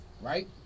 Right